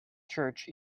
church